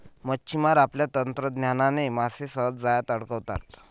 मच्छिमार आपल्या तंत्रज्ञानाने मासे सहज जाळ्यात अडकवतात